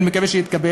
אני מקווה שיתקבל,